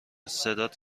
صدات